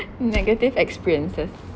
negative experiences